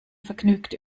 vergnügt